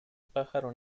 pájaro